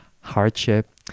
hardship